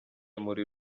muri